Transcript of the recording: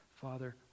Father